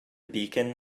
beacon